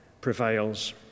prevails